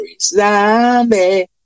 Zombie